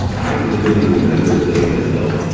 i literally remember seeing myself.